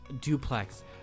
duplex